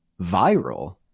viral